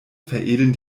veredeln